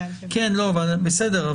בסדר,